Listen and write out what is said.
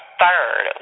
third